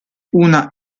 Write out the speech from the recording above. una